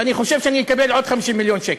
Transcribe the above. ואני חושב שאני אקבל עוד 50 מיליון שקל.